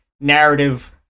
narrative